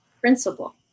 principle